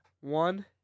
One